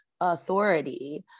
authority